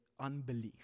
unbelief